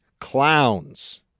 clowns